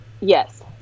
Yes